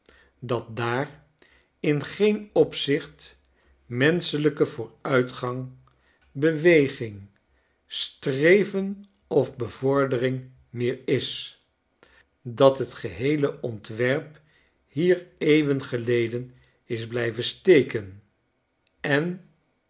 dat daar in geen opzicht menschelijke vooruitgang beweging streven of bevordering meer is dat het geheele ontwerp hier eeuwen geleden is blijven steken en